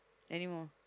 anymore